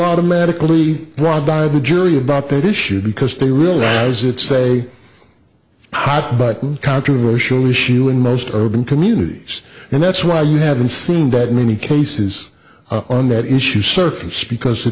automatically brought by the jury about that issue because they really does it say hot button controversial issue in most urban communities and that's why we haven't seen that many cases on that issue surface because the